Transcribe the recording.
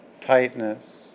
tightness